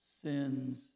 Sin's